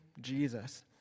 Jesus